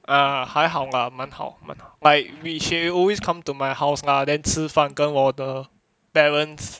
ah 还好吧蛮好蛮好 like which she always come to my house lah then 吃饭跟我的 parents